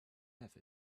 have